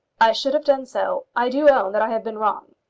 i should have done so. i do own that i have been wrong.